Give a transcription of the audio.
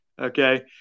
okay